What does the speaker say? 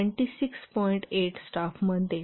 8 staff month देईल